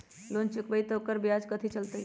Loan चुकबई त ओकर ब्याज कथि चलतई?